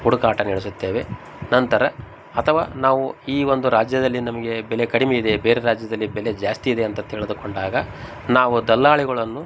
ಹುಡುಕಾಟ ನಡೆಸುತ್ತೇವೆ ನಂತರ ಅಥವಾ ನಾವು ಈ ಒಂದು ರಾಜ್ಯದಲ್ಲಿ ನಮಗೆ ಬೆಲೆ ಕಡಿಮೆ ಇದೆ ಬೇರೆ ರಾಜ್ಯದಲ್ಲಿ ಬೆಲೆ ಜಾಸ್ತಿ ಇದೆ ಅಂತ ತಿಳಿದುಕೊಂಡಾಗ ನಾವು ದಲ್ಲಾಳಿಗಳನ್ನು